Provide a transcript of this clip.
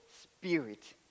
Spirit